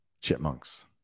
chipmunks